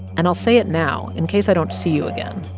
and i'll say it now in case i don't see you again.